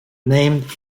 named